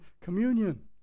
communion